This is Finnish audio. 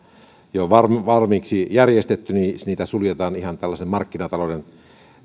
jo valmiiksi järjestetty niitä suljetaan ihan tällaisen markkinatalouden